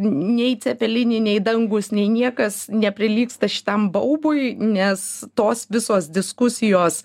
nei cepelininai dangūs nei niekas neprilygsta šitam baubui nes tos visos diskusijos